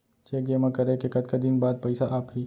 Cheque जेमा करें के कतका दिन बाद पइसा आप ही?